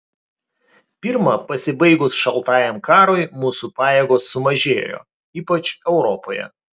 pirma pasibaigus šaltajam karui mūsų pajėgos sumažėjo ypač europoje